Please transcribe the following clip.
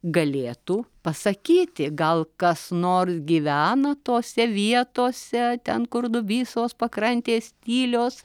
galėtų pasakyti gal kas nors gyvena tose vietose ten kur dubysos pakrantės tylios